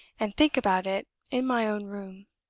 and think about it in my own room.